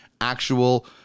actual